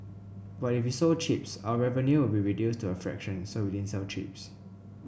but if we sold chips our revenue would be reduced to a fraction so we didn't sell chips